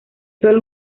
sólo